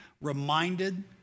reminded